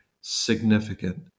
significant